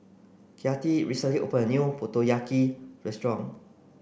Kathi recently opened a new Motoyaki restaurant